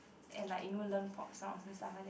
and like you know learn pop songs and stuff like that